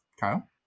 kyle